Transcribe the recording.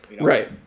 right